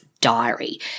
diary